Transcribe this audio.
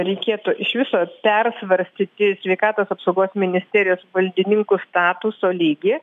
reikėtų iš viso persvarstyti sveikatos apsaugos ministerijos valdininkų statuso lygį